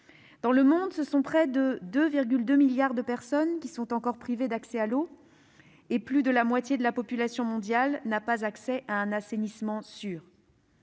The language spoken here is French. Dans le monde, ce sont près de 2,2 milliards de personnes qui sont encore privées d'accès à l'eau, et plus de la moitié de la population mondiale n'a pas accès à un assainissement sûr.